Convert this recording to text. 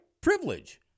privilege